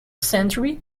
century